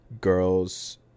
girls